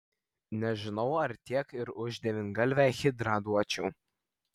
nežinau ar tiek ir už devyngalvę hidrą duočiau